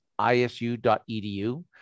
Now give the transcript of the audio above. isu.edu